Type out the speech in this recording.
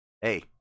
Hey